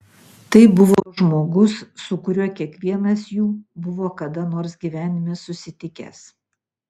tai buvo žmogus su kuriuo kiekvienas jų buvo kada nors gyvenime susitikęs